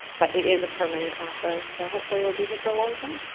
but it is a permanent offer, so hopefully it will be here for a long time.